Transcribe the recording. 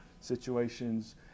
situations